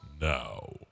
now